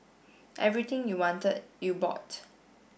everything you wanted you bought